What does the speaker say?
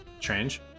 change